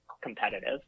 competitive